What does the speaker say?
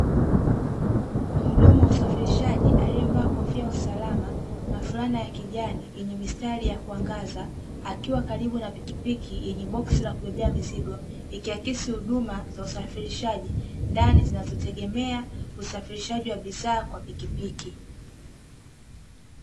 Mhudumu wa usafirishaji aliyevaa kofia ya usalama na fulana ya kijani yenye mistari ya kuangaza, akiwa karibu na pikipiki yenye boksi ya kubebea mizigo ikiakisi huduma za usafirishaji ndani zinazotegemea usafirishaji wa bidhaa kwa pikipiki.